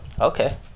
Okay